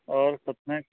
आओर तखन